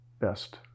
best